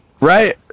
right